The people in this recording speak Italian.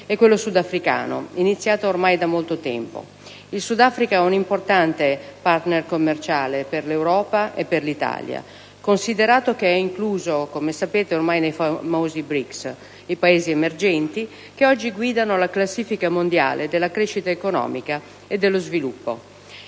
e quello sudafricano iniziata ormai da molto tempo. Il Sud Africa è un importante partner commerciale per l'Europa e per l'Italia, considerato che è incluso negli ormai famosi BRICS, i Paesi emergenti che oggi guidano la classifica mondiale della crescita economica e dello sviluppo